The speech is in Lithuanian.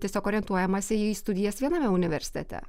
tiesiog orientuojamasi į studijas viename universitete